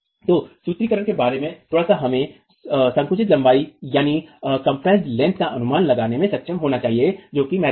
तो सूत्रीकरण के बारे में थोड़ा सा हमें संकुचित लंबाई का अनुमान लगाने में सक्षम होना चाहिए जो कि महत्वपूर्ण है